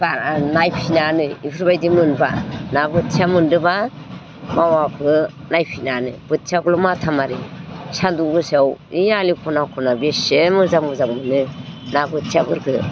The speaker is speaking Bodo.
बारा नायफिनानो बेफोरबायदि मोनबा ना बोथिया मोनदोंबा मावाखौ नायफिनानो बोथियाखौल' माथा मारियो सान्दुं गोसायाव ओइ आलि ख'ना ख'ना बेसे मोजां मोजां मोनो ना बोथियाफोखौ